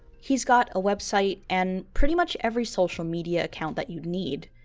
he's got a website and pretty much every social media account that you need,